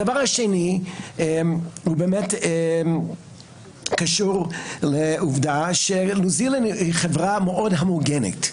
הדבר השני הוא באמת קשור לעובדה שניו-זילנד היא חברה מאוד הומוגנית.